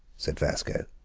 said vasco.